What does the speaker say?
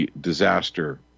Disaster